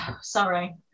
sorry